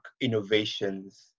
innovations